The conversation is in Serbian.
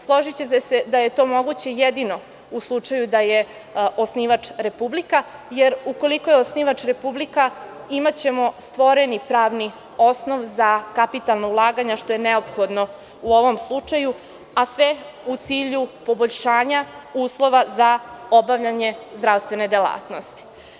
Složićete se da je to moguće jedino u slučaju da je osnivač Republika, jer ukoliko je osnivač Republika imaćemo stvoreni pravni osnov za kapitalna ulaganja, što je neophodno u ovom slučaju, a sve u cilju poboljšanja uslova za obavljanje zdravstvene delatnosti.